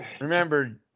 Remember